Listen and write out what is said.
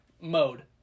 mode